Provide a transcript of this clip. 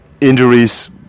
injuries